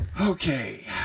Okay